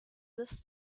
this